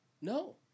No